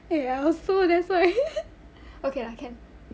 eh I also that's why okay lah can